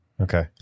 Okay